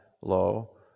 low